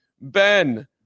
Ben